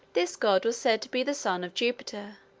this god was said to be the son of jupiter,